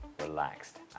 relaxed